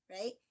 right